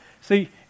see